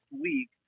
week